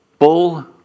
bull